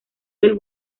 del